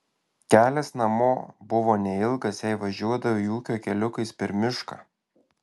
kelias namo buvo neilgas jei važiuodavai ūkio keliukais per mišką